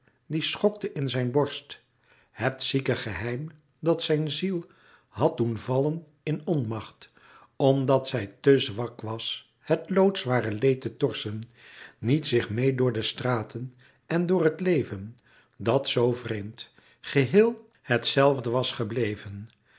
die schokte zijn borst het zieke geheim dat zijn ziel had doen vallen in onmacht omdat zij te zwak was het loodzware leed te torsen met zich meê door de straten en door het leven dat zoo vreemd geheel het zelfde was gebleven